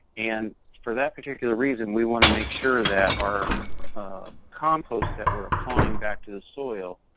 and for that particular reason, we want to make sure that our compost that we're applying back to the soil,